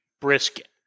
brisket